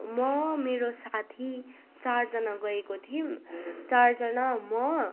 म मेरो साथी चारजना गएको थियौँ चारजना म